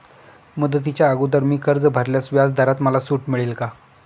मुदतीच्या अगोदर मी कर्ज भरल्यास व्याजदरात मला सूट मिळेल का?